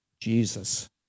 Jesus